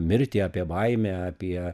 mirtį apie baimę apie